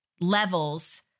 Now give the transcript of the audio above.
levels